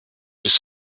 bis